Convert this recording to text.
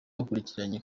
bakurikiranye